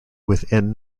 within